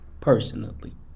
personally